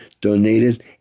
donated